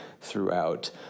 throughout